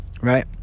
right